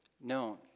known